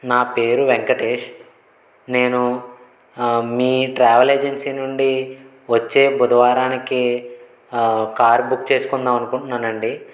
నా పేరు వెంకటేష్ నేను మీ ట్రావెల్ ఏజెన్సీ నుండి వచ్చే బుధవారానికి కార్ బుక్ చేసుకుందాం అనుకుంటున్నానండి